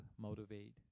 motivate